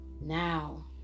now